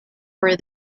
for